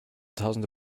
tausende